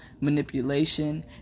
manipulation